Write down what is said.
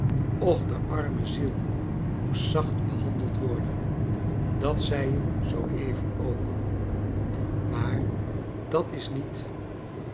och de arme ziel moest zacht behandeld worden dat zei je zoo even ook maar dat is niet